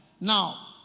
Now